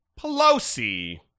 Pelosi